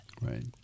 Right